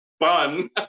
fun